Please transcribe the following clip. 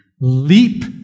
leap